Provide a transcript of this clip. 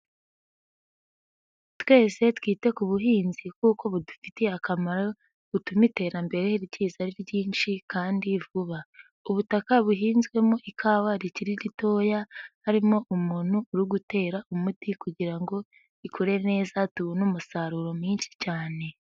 Twese twite ku buhinzi kuko budufitiye akamaro butuma iterambere rikiyiza ari ryinshi kandi vuba, ubutaka buhinzwemo ikawa rikiri ritoya harimo umuntu uri gutera umuti kugira ngo ikorere neza tubone umusaruro mwinshi cyane.